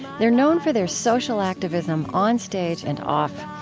they're known for their social activism on-stage and off,